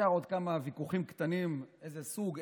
נשארו עוד כמה ויכוחים קטנים: איזה סוג,